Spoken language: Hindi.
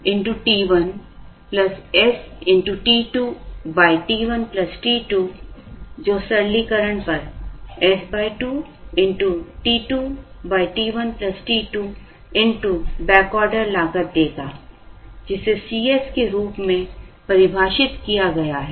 इसलिए 0t1 s t2t1 t 2 जो सरलीकरण पर s 2 t2 t1 t2 backorder लागत देगा जिसे Cs के रूप में परिभाषित किया गया है